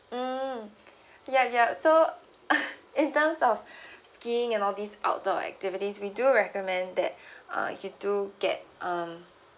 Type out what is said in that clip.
mm ya ya so in terms of skiing and all these outdoor activities we do recommend that uh you do get um